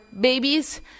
babies